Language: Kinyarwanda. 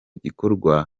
gikorwa